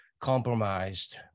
compromised